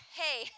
hey